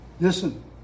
Listen